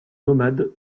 nomades